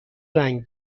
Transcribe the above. رنگ